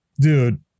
dude